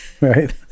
right